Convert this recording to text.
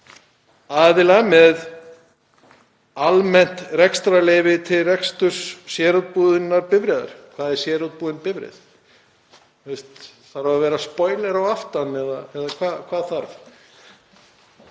fyrirtæki með almennt rekstrarleyfi til reksturs sérútbúinnar bifreiðar. Hvað er sérútbúin bifreið? Þarf að vera „spoiler“ að aftan eða hvað þarf